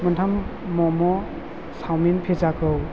मोनथाम मम' सावमिन पिजाखौ